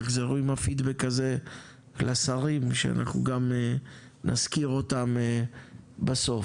תחזרו עם הפידבק הזה לשרים שאנחנו גם נזכיר אותם בסוף.